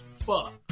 fuck